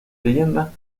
leyenda